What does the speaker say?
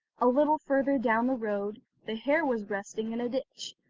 a little further down the road the hare was resting in a ditch,